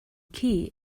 key